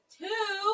two